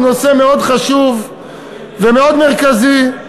הוא נושא מאוד חשוב ומאוד מרכזי.